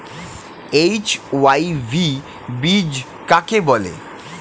HYV বীজ কাকে বলে?